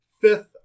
fifth